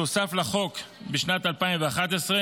שהוסף לחוק בשנת 2011,